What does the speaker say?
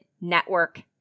network